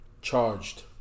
Charged